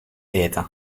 eten